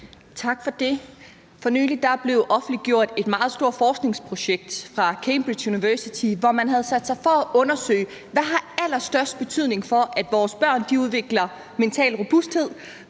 Tak for det. For nylig blev der offentliggjort et meget stort forskningsprojekt fra Cambridge University, hvor man havde sat sig for at undersøge, hvad der har allerstørst betydning for, at vores børn udvikler mental robusthed